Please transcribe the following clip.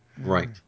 Right